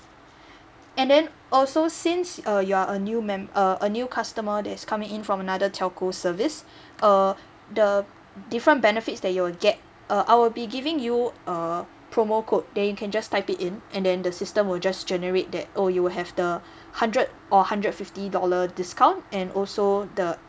and then also since uh you're a new member uh a new customer that's coming in from another telco service uh the different benefits that you will get uh I will be giving you a promo code that you can just type it in and then the system will just generate that oh you will have the hundred or hundred fifty dollar discount and also the